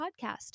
podcast